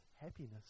happiness